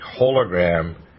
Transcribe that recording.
hologram